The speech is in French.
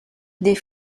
des